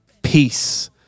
Peace